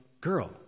girl